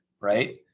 right